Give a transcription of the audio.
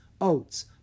oats